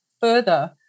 further